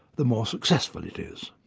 the more successful it is.